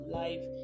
life